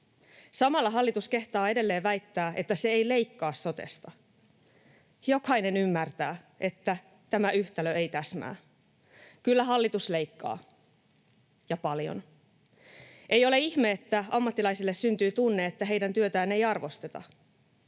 Samalla hallitus kehtaa edelleen väittää, että se ei leikkaa sotesta. Jokainen ymmärtää, että tämä yhtälö ei täsmää. Kyllä hallitus leikkaa, ja paljon. Ei ole ihme, että ammattilaisille syntyy tunne, että heidän työtään ei arvosteta.